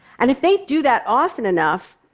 and if they do that often enough,